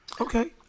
Okay